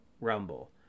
Rumble